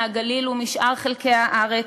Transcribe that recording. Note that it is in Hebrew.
מהגליל ומשאר חלקי הארץ,